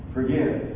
Forgive